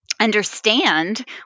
understand